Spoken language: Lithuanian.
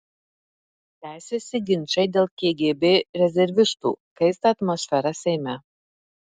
tęsiasi ginčai dėl kgb rezervistų kaista atmosfera seime